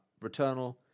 returnal